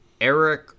Eric